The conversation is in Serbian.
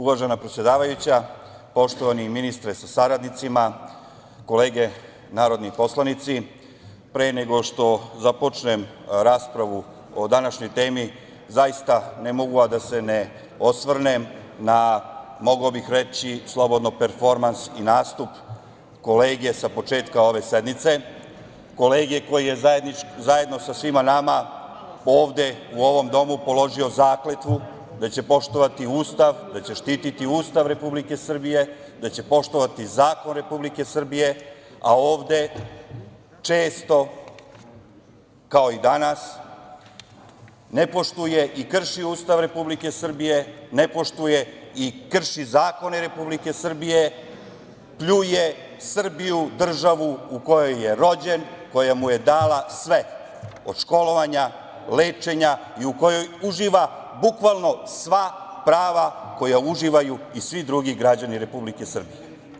Uvažena predsedavajuća, poštovani ministre sa saradnicima, kolege narodni poslanici, pre nego što započnem raspravu o današnjoj temi, zaista ne mogu a da se ne osvrnem na, mogao bih reći slobodno, performans i nastup kolege sa početka ove sednice, kolege koji je zajedno sa svima nama ovde, u ovom domu položio zakletvu da će poštovati Ustav, da će štititi Ustav Republike Srbije, da će poštovati zakon Republike Srbije, a ovde često, kao i danas, ne poštuje i krši Ustav Republike Srbije, ne poštuje i krši zakone Republike Srbije, pljuje Srbiju, državu u kojoj je rođen, koja mu je dala sve, od školovanja, lečenja i u kojoj uživa bukvalno sva prava koja uživaju i svi drugi građani Republike Srbije.